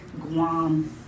Guam